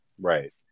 right